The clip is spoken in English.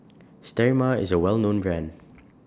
Sterimar IS A Well known Brand